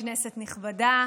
כנסת נכבדה,